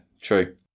true